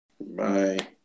Bye